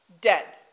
dead